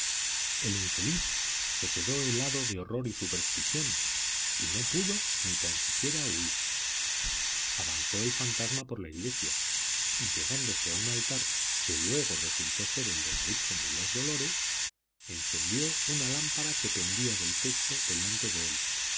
el infeliz se quedó helado de horror y superstición y no pudo ni tan siquiera huir avanzó el fantasma por la iglesia y llegándose a un altar que luego resultó ser el de la virgen de los dolores encendió una lámpara que pendía del techo delante de él